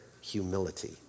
humility